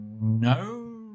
no